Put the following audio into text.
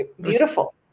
beautiful